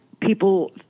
people